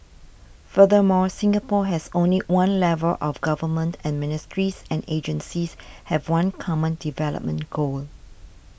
furthermore Singapore has only one level of government and ministries and agencies have one common development goal